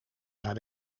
naar